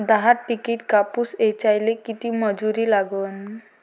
दहा किंटल कापूस ऐचायले किती मजूरी लागन?